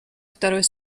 второй